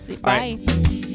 Bye